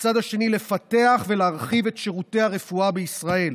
ומהצד השני לפתח ולהרחיב את שירותי הרפואה בישראל